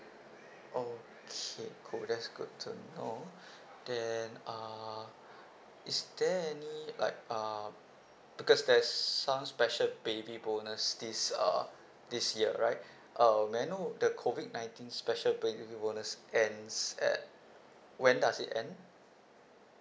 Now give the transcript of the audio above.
okay cool that's good to know then uh is there any like uh because there's some special baby bonus this uh this year right um may I know the COVID nineteen special baby bonus ends at when does it end